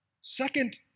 Second